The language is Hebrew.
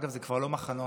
אגב, זה כבר לא מחנות.